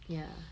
ya